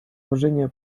уважение